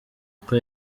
uko